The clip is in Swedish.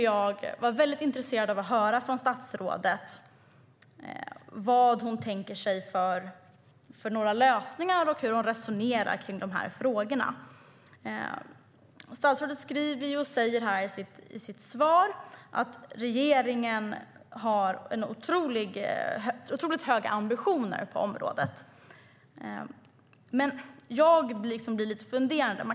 Jag är intresserad av att höra vilka lösningar statsrådet tänker sig och hur hon resonerar kring frågorna. Statsrådet säger i sitt svar att regeringen har otroligt höga ambitioner på området. Men jag blir lite fundersam.